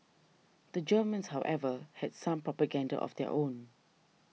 the Germans however had some propaganda of their own